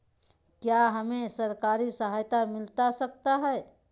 क्या हमे सरकारी सहायता मिलता सकता है?